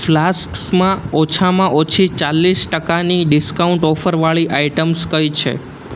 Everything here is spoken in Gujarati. ફ્લાસ્ક્સમાં ઓછામાં ઓછી ચાલીસ ટકાની ડિસ્કાઉન્ટ ઓફરવાળી આઈટમ્સ કઈ છે